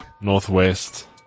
Northwest